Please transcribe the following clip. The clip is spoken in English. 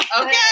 Okay